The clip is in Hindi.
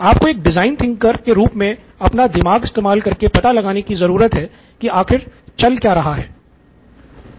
आपको एक डिजाइन थिंकर के रूप में अपना दिमाग इस्तेमाल करके पता लगाने की जरूरत है कि आखिर चल क्या रहा है